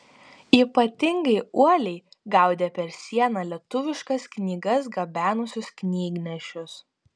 ypatingai uoliai gaudė per sieną lietuviškas knygas gabenusius knygnešius